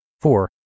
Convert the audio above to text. Four